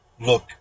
look